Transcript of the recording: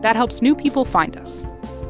that helps new people find us